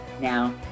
Now